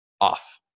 off